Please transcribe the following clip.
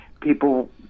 people